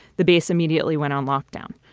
the base immediately went on lockdown.